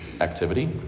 activity